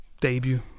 debut